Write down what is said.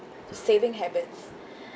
saving habits